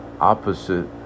opposite